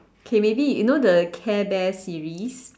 K maybe you know the care bear series